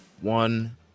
One